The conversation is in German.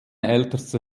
ältester